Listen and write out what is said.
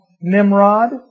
Nimrod